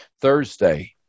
Thursday